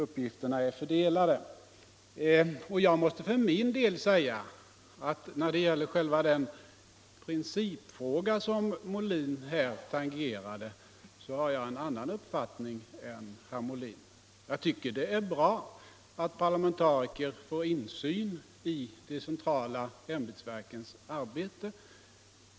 Uppgifterna är fördelade. När det gäller den principfråga som herr Molin tangerade med sin ämbetsverksuppräkning har jag en annan uppfattning än herr Molin. Jag tycker det är bra att parlamentariker får insyn i de centrala ämbetsverkens arbete.